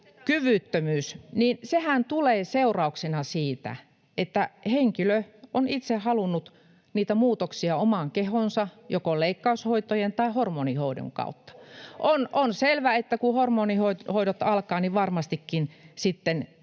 tulee seurauksena siitä, että henkilö on itse halunnut niitä muutoksia omaan kehoonsa joko leikkaushoitojen tai hormonihoidon kautta. On selvä, että kun hormonihoidot alkavat, varmastikin